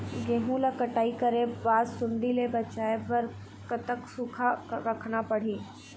गेहूं ला कटाई करे बाद सुण्डी ले बचाए बर कतक सूखा रखना पड़ही?